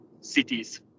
Cities